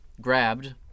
grabbed